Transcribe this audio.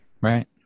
right